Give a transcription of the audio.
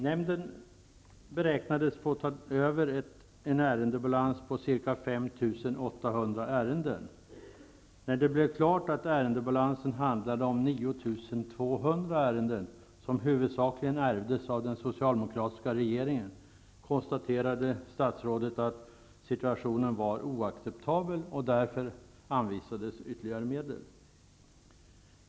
Nämnden beräknades få ta över en ärendebalans på ca 5 800 ärenden. När det stod klart att ärendebalansen var 9 200 ärenden, som huvudsakligen ärvdes från den socialdemokratiska regeringen, konstaterade statsrådet att situationen var oacceptabel, och därför anvisades ytterligare medel.